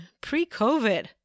pre-COVID